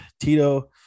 Tito